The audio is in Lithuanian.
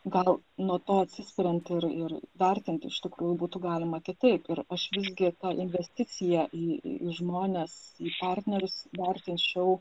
gal nuo to atsispiriant ir ir vertinti iš tikrųjų būtų galima kitaip ir aš visgi investiciją į į žmones į partnerius vertinčiau